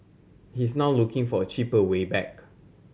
he is now looking for a cheaper way back